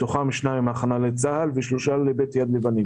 מתוכם 2 מיליון הכנה לצה"ל ו-3 מיליון שקלים לבית יד לבנים.